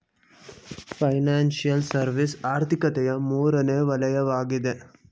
financial service ಆರ್ಥಿಕತೆಯ ಮೂರನೇ ವಲಯವಗಿದೆ